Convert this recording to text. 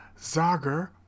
Zager